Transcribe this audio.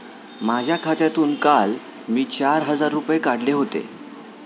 माझ्या खात्यातून काल मी चार हजार रुपये काढले होते